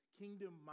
kingdom